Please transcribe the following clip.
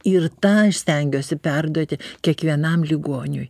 ir tą aš stengiuosi perduoti kiekvienam ligoniui